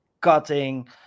cutting